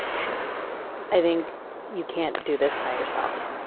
sure i think you can't do this by yourself